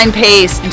pace